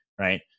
Right